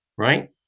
Right